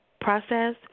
process